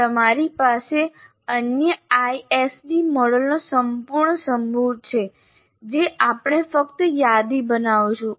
તમારી પાસે અન્ય ISD મોડેલોનો સંપૂર્ણ સમૂહ છે જે આપણે ફક્ત યાદી બનાવીશું